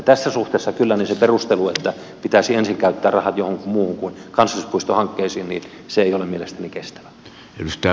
tässä suhteessa kyllä se perustelu että pitäisi ensin käyttää rahat johonkin muuhun kuin kansallispuistohankkeisiin ei ole mielestäni kestävä